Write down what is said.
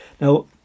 Now